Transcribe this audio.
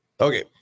Okay